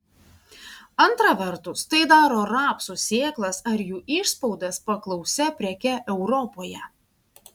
antra vertus tai daro rapsų sėklas ar jų išspaudas paklausia preke europoje